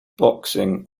boxing